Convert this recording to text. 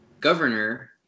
governor